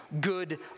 good